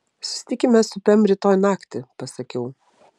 susitikime su pem rytoj naktį pasakiau